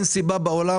אין סיבה בעולם,